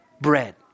bread